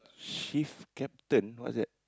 shift captain what's that